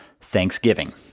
Thanksgiving